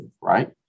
right